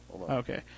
Okay